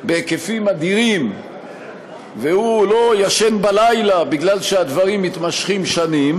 בהיקפים אדירים והוא לא ישן בלילה מפני שהדברים מתמשכים שנים.